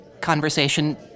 conversation